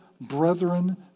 brethren